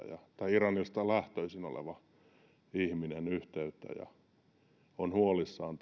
iranista lähtöisin oleva ihminen yhteyttä ja on huolissaan